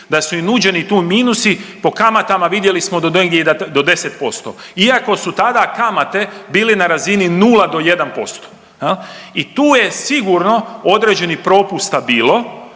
da su im nuđeni tu minusi po kamatama vidjeli smo do negdje i 10% iako su tada kamate bile na razini 0 do 1% jel i tu je sigurno određenih propusta bilo,